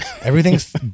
everything's